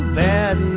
bad